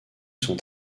sont